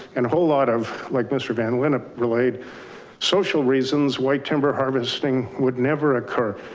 and a whole lot of like mr. van linen relayed social reasons, white timber harvesting would never occur.